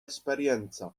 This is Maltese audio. esperjenza